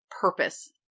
purpose